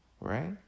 right